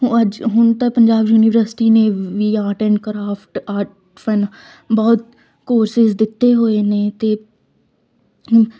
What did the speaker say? ਹੁ ਅੱਜ ਹੁਣ ਤਾਂ ਪੰਜਾਬ ਯੂਨੀਵਰਸਟੀ ਨੇ ਵੀ art and craft art fun ਬਹੁਤ ਕੋਰਸਿਜ ਦਿੱਤੇ ਹੋਏ ਨੇ ਅਤੇ